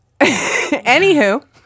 Anywho